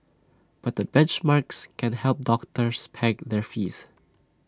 but benchmarks can help doctors peg their fees